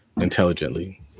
intelligently